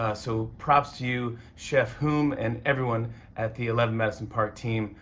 ah so, props to you, chef humm, and everyone at the eleven madison park team.